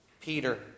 Peter